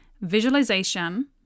visualization